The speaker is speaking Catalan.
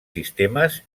sistemes